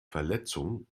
verletzung